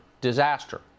disaster